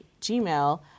Gmail